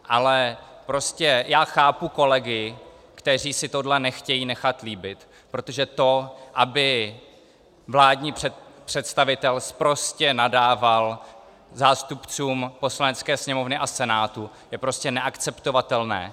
Ale já chápu kolegy, kteří si tohle nechtějí nechat líbit, protože to, aby vládní představitel sprostě nadával zástupcům Poslanecké sněmovny a Senátu, je prostě neakceptovatelné.